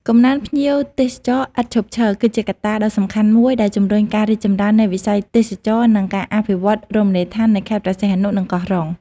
កំណើនភ្ញៀវទេសចរឥតឈប់ឈរ គឺជាកត្តាដ៏សំខាន់មួយដែលជំរុញការរីកចម្រើននៃវិស័យទេសចរណ៍ និងការអភិវឌ្ឍន៍រមណីយដ្ឋាននៅខេត្តព្រះសីហនុ និងកោះរ៉ុង។